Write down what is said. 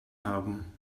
haben